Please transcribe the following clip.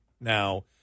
now